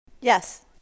Yes